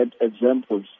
examples